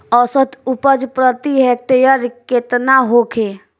औसत उपज प्रति हेक्टेयर केतना होखे?